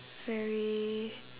very